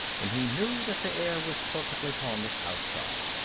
when he knew that the air was perfectly harmless outside.